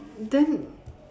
then